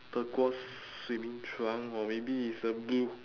turquoise swimming trunk or maybe it's a blue